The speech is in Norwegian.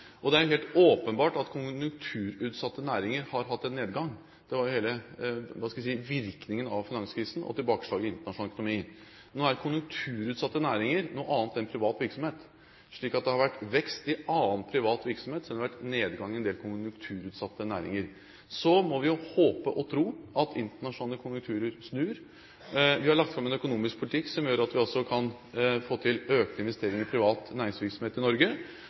Det er helt åpenbart at konjunkturutsatte næringer har hatt en nedgang. Det var jo hele virkningen av finanskrisen og tilbakeslaget i internasjonal økonomi. Nå er konjunkturutsatte næringer noe annet enn privat virksomhet. Det har vært vekst i annen privat virksomhet, selv om det har det vært nedgang i en del konjunkturutsatte næringer. Vi må håpe og tro at internasjonale konjunkturer snur. Vi har lagt fram en økonomisk politikk som gjør at vi kan få til økte investeringer i privat næringsvirksomhet i Norge,